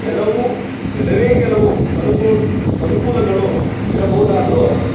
ಕೆಲವು ಕೆಲವೇ ಕೆಲವು ಅನುಕೂಲ ಅನುಕೂಲಗಳು ಇರಬಹುದಾದರೂ